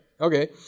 Okay